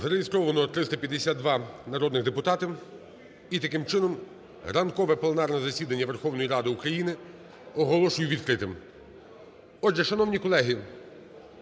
Зареєстровано 352 народних депутатів. І, таким чином, ранкове пленарне засідання Верховної Ради України оголошую відкритим.